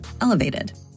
elevated